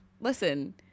Listen